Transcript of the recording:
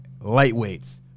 lightweights